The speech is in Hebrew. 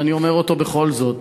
אז אני אומר אותו בכל זאת.